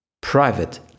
private